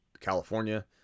California